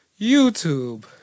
YouTube